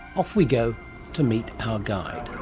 off we go to meet our guide.